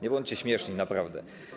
Nie bądźcie śmieszni, naprawdę.